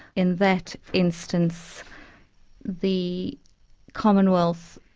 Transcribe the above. in that instance the commonwealth,